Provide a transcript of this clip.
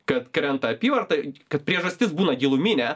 kad krenta apyvarta kad priežastis būna giluminė